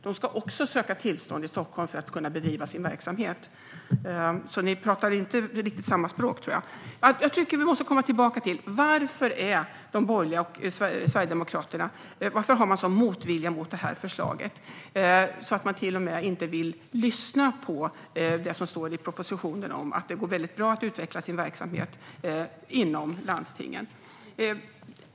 De ska också söka tillstånd i Stockholm för att kunna bedriva sina verksamheter. Ni talar alltså inte riktigt samma språk, Staffan Danielsson. Vi måste komma tillbaka till varför de borgerliga och Sverigedemokraterna har en sådan motvilja mot det här förslaget att man inte ens vill lyssna på det som står i propositionen om att det går bra att utveckla sin verksamhet inom landstingen.